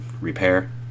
repair